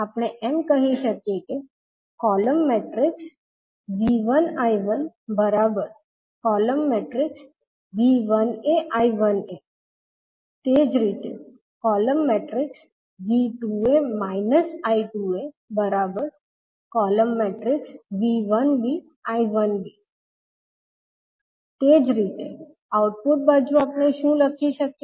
આપણે એમ કહી શકીએ કે તેજ રીતે તે જ રીતે આઉટપુટ બાજુ આપણે શું લખી શકીએ